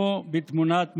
כמו בתמונת מחזור.